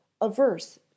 averse